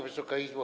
Wysoka Izbo!